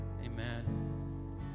Amen